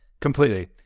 completely